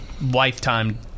lifetime